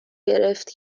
گرفت